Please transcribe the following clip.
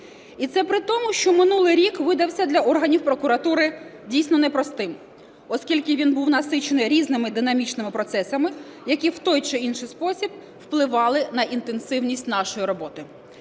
І це при тому, що минулий рік видався для органів прокуратури дійсно непростим. Оскільки він був насичений різними динамічними процесами, які в той чи інший спосіб впливали на інтенсивність нашої роботи.